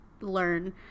learn